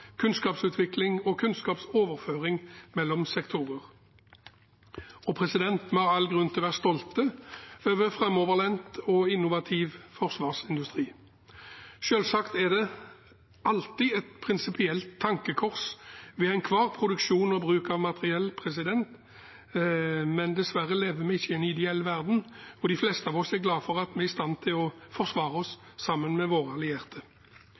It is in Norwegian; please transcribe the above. kunnskapsutvikling og kunnskapsoverføring mellom sektorer. Vi har all grunn til å være stolte over framoverlent og innovativ forsvarsindustri. Selvsagt er det alltid et prinsipielt tankekors ved enhver produksjon og bruk av materiell, men dessverre lever vi ikke i en ideell verden, og de fleste av oss er glade for at vi er i stand til å forsvare oss sammen med våre allierte.